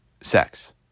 sex